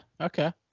Okay